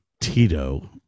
Tito